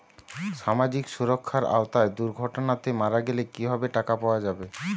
সামাজিক সুরক্ষার আওতায় দুর্ঘটনাতে মারা গেলে কিভাবে টাকা পাওয়া যাবে?